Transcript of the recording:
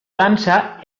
dansa